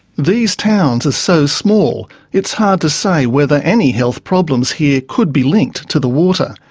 these towns are so small, it's hard to say whether any health problems here could be linked to the water.